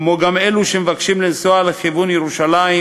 כמו גם אלו שמבקשים לנסוע לכיוון ירושלים,